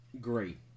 great